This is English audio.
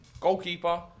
Goalkeeper